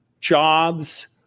jobs